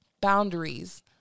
boundaries